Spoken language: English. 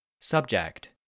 Subject